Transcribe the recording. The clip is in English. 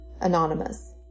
Anonymous